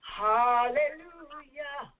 hallelujah